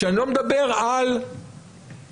אני לא מדבר על 600,000